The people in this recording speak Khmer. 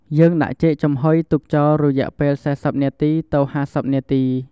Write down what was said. យើងដាក់ចេកចំហុយទុកចោលរយៈពេល៤០នាទី ទៅ៥០នាទី។